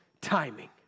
timing